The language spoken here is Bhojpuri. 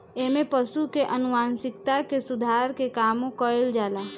एमे पशु के आनुवांशिकता के सुधार के कामो कईल जाला